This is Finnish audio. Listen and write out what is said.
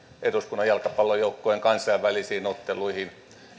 eduskunnan jalkapallojoukkueen kansainvälisiin otteluihin